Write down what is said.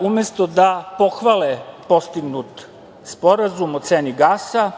umesto da pohvale postignut sporazum o ceni gasa